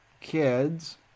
kids